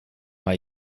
bei